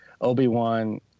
Obi-Wan